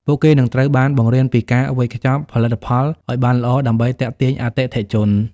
ពួកគេនឹងត្រូវបានបង្រៀនពីការវេចខ្ចប់ផលិតផលឱ្យបានល្អដើម្បីទាក់ទាញអតិថិជន។